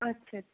আচ্ছা আচ্ছা